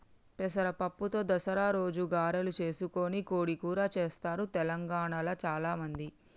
పెసర పప్పుతో దసరా రోజు గారెలు చేసుకొని కోడి కూర చెస్తారు తెలంగాణాల చాల మంది